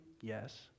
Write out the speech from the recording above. Yes